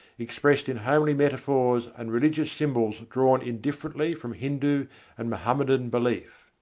expressed in homely metaphors and religious symbols drawn indifferently from hindu and mohammedan belief.